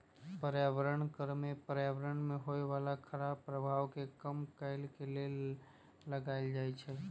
पर्यावरण कर में पर्यावरण में होय बला खराप प्रभाव के कम करए के लेल लगाएल जाइ छइ